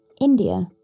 India